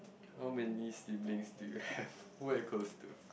how many siblings do you have who are you close to